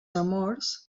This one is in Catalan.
amors